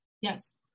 yes